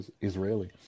Israeli